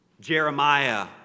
Jeremiah